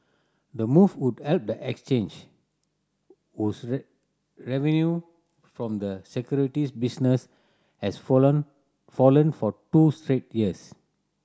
the move would help the exchange whose revenue from the securities business has fallen fallen for two straight years